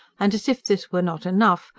and as if this were not enough,